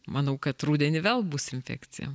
manau kad rudenį vėl bus infekcija